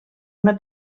una